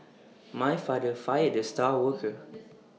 my father fired the star worker